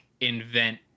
invent